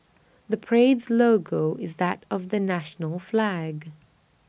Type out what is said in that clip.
the parade's logo is that of the national flag